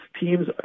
teams